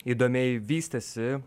įdomiai vystėsi